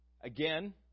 Again